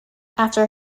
after